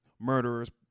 Murderers